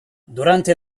durante